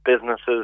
businesses